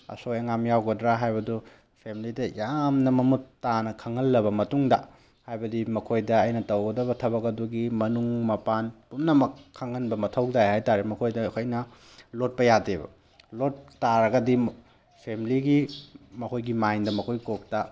ꯑꯁꯣꯏ ꯑꯉꯥꯝ ꯌꯥꯎꯒꯗ꯭ꯔꯥ ꯍꯥꯏꯕꯗꯨ ꯐꯦꯃꯂꯤꯗ ꯌꯥꯝꯅ ꯃꯃꯨꯠ ꯇꯥꯅ ꯈꯪꯍꯜꯂꯕ ꯃꯇꯨꯡꯗ ꯍꯥꯏꯕꯗꯤ ꯃꯈꯣꯏꯗ ꯑꯩꯅ ꯇꯧꯒꯗꯕ ꯊꯕꯛ ꯑꯗꯨꯒꯤ ꯃꯅꯨꯡ ꯃꯄꯥꯟ ꯄꯨꯝꯅꯃꯛ ꯈꯪꯍꯟꯕ ꯃꯊꯧ ꯇꯥꯏ ꯍꯥꯏꯇꯥꯔꯦ ꯃꯈꯣꯏꯗ ꯑꯩꯈꯣꯏꯅ ꯂꯣꯠꯄ ꯌꯥꯗꯦꯕ ꯂꯣꯠꯄ ꯇꯥꯔꯒꯗꯤ ꯐꯦꯃꯂꯤꯒꯤ ꯃꯈꯣꯏꯒꯤ ꯃꯥꯏꯟꯗ ꯃꯈꯣꯏꯒꯤ ꯀꯣꯛꯇ